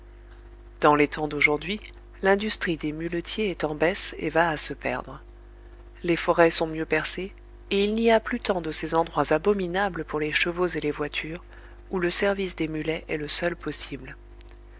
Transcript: dans les temps d'aujourd'hui l'industrie des muletiers est en baisse et va à se perdre les forêts sont mieux percées et il n'y a plus tant de ces endroits abominables pour les chevaux et les voitures où le service des mulets est le seul possible